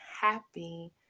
Happy